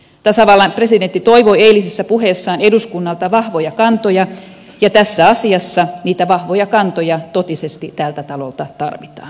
tasavallan presidentti toivoi eilisessä puheessaan eduskunnalta vahvoja kantoja ja tässä asiassa niitä vahvoja kantoja totisesti tältä talolta tarvitaan